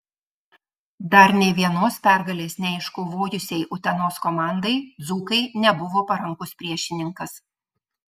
dar nė vienos pergalės neiškovojusiai utenos komandai dzūkai nebuvo parankus priešininkas